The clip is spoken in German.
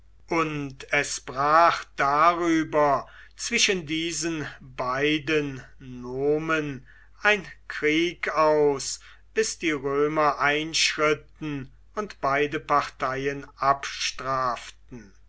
und es brach darüber zwischen diesen beiden nomen ein krieg aus bis die römer einschritten und beide parteien abstraften